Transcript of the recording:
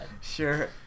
Sure